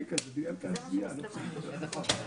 סליחה.